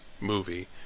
movie